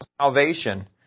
salvation